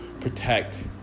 protect